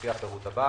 מי מסביר?